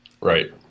Right